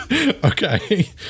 Okay